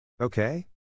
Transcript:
Okay